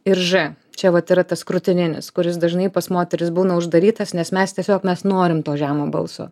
ir ž čia vat yra tas krūtininis kuris dažnai pas moteris būna uždarytas nes mes tiesiog mes norim to žemo balso